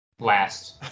last